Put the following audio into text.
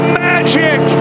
magic